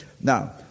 Now